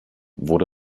wurde